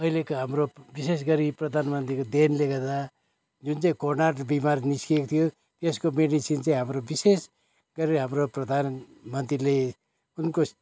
अहिलेको हाम्रो विशेष गरी प्रधानमन्त्रिको देनले गर्दा जुन चाहिँ कोरोना बिमार निस्किएको थियो यसको मेडिसिन चाहिँ हाम्रो विशेष गरी हाम्रो प्रधानमन्त्रिले उनको